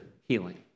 healing